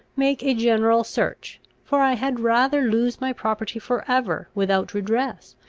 make a general search for i had rather lose my property for ever without redress,